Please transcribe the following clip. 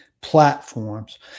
platforms